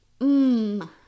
Mmm